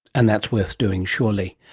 and that's worth doing, surely.